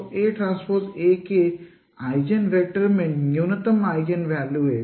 तो ATA के eigen vector में न्यूनतम आइगेनवैल्यू है